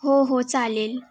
हो हो चालेल